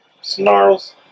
snarls